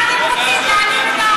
מה אתם רוצים, את כל